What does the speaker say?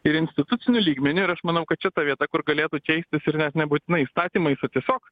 ir instituciniu lygmeniu ir aš manau kad čia ta vieta kur galėtų keistis ir net nebūtinai įstatymais o tiesiog